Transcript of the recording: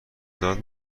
داد